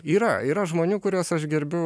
yra yra žmonių kuriuos aš gerbiu